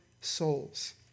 souls